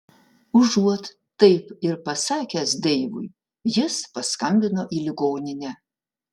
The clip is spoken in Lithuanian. užuot taip ir pasakęs deivui jis paskambino į ligoninę